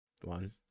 One